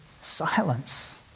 silence